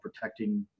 protecting